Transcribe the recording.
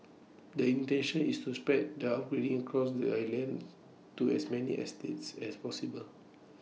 the intention is so spread the upgrading across the island to as many estates as possible